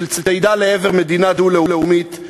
של צעידה לעבר מדינה דו-לאומית,